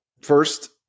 first